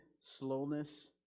slowness